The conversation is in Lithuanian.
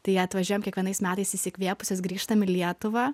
tai atvažiuojam kiekvienais metais įsikvėpusios grįžtam į lietuvą